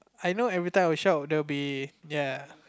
I know every time I will shout there will be ya